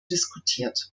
diskutiert